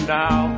now